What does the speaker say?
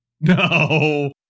No